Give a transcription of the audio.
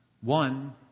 One